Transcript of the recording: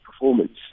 performance